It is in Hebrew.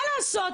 מה לעשות?